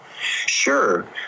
Sure